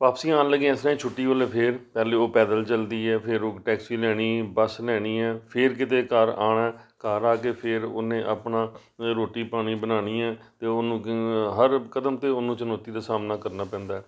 ਵਾਪਸੀ ਆਉਣ ਲੱਗਿਆਂ ਇਸ ਤਰ੍ਹਾਂ ਛੁੱਟੀ ਵੇਲੇ ਫਿਰ ਪਹਿਲਾਂ ਉਹ ਪੈਦਲ ਚਲਦੀ ਹੈ ਫਿਰ ਉਹ ਟੈਕਸੀ ਲੈਣੀ ਬਸ ਲੈਣੀ ਹੈ ਫਿਰ ਕਿਤੇ ਘਰ ਆਉਣਾ ਘਰ ਆ ਕੇ ਫਿਰ ਉਹਨੇ ਆਪਣਾ ਰੋਟੀ ਪਾਣੀ ਬਣਾਉਣੀ ਹੈ ਅਤੇ ਉਹਨੂੰ ਹਰ ਕਦਮ 'ਤੇ ਉਹਨੂੰ ਚੁਣੌਤੀ ਦਾ ਸਾਹਮਣਾ ਕਰਨਾ ਪੈਂਦਾ